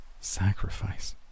Sacrifice